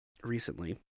recently